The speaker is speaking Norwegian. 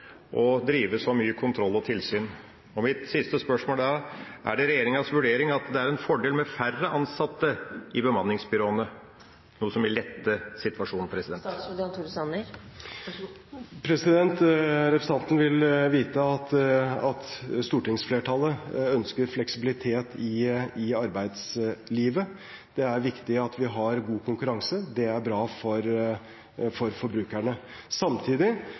drive så mye med kontroll og tilsyn. Mitt siste spørsmål er: Er det regjeringas vurdering at det er en fordel med færre ansatte i bemanningsbyråene – noe som vil lette situasjonen? Representanten vil vite at stortingsflertallet ønsker fleksibilitet i arbeidslivet. Det er viktig at vi har god konkurranse, det er bra for forbrukerne. Samtidig